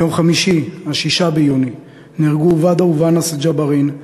ביום חמישי, 6 ביוני, נהרגו עבאדה ואנאס ג'בארין,